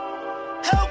Help